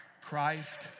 Christ